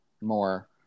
more